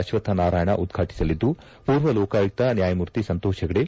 ಅಕ್ವತ್ ನಾರಾಯಣ್ ಉದ್ರಾಟಿಸಲಿದ್ದು ಪೂರ್ವ ಲೋಕಾಯುಕ್ತ ನ್ಯಾಯಮೂರ್ತಿ ಸಂತೋಷ್ ಹೆಗ್ಡೆ